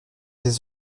des